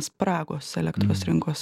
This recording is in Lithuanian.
spragos elektros rinkos